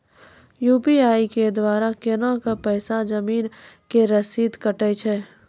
UPI के द्वारा केना कऽ पैसा जमीन के रसीद कटैय छै?